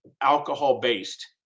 alcohol-based